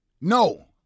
No